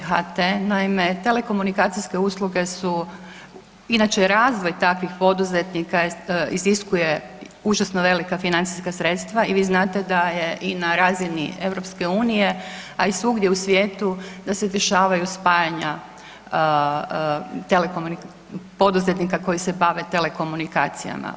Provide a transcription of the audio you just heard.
Naime, telekomunikacijske usluge su, inače razvoj takvih poduzetnika iziskuje užasno velika financijska sredstva i vi znate da je i na razini EU, a i svugdje u svijetu, da se dešavaju spajanja .../nerazumljivo/... poduzetnika koji se bave telekomunikacijama.